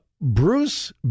Bruce